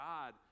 God